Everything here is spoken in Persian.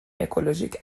اکولوژیک